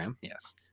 yes